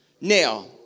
Now